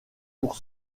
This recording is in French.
pour